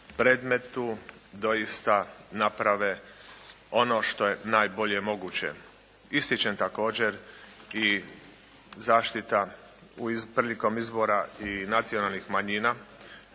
predmetu doista naprave ono što je najbolje moguće. Ističem također i zaštita prilikom izbora i nacionalnih manjina,